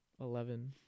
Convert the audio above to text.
eleven